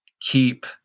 keep